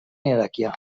iraquià